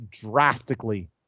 drastically